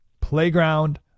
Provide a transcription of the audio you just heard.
playground